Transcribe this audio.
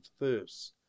verse